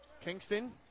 Kingston